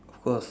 of course